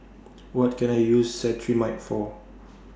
What Can I use Cetrimide For